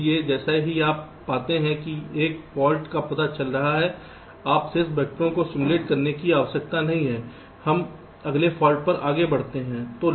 इसलिए जैसे ही आप पाते हैं कि एक फाल्ट का पता चल रहा है आपको शेष वैक्टरों को सिमुलेट करने की आवश्यकता नहीं है हम अगले फाल्ट पर आगे बढ़ते हैं